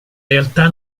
realtà